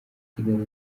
kigali